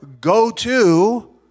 go-to